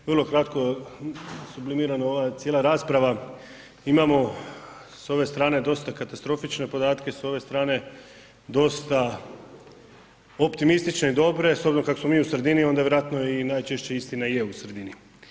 Vrlo kratko sublimira me ova cijela rasprava, imamo s ove strane dosta katastrofične podatke, s ove strane dosta optimistične i dobre, s obzirom kako smo mi u sredini onda vjerojatno i najčešće i istina i je u sredini.